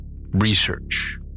research